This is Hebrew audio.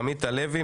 עמית הלוי,